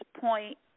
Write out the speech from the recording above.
point